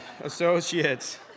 associates